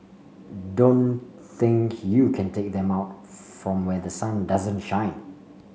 don't think you can take them out from where the sun doesn't shine